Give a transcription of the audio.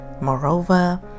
moreover